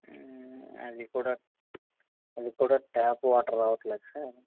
అది కూడా అది కూడా ట్యాప్ వాటర్ రావట్లేదు సార్